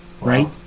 right